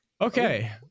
Okay